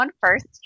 first